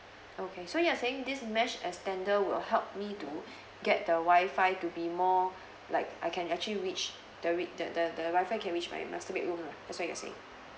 okay so you are saying this mesh extender will help me to get the wifi to be more like I can actually reach the rate the the the Wi-Fi can reach my master bedroom ah that's what you are saying